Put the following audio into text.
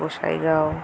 Gossaigaon